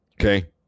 Okay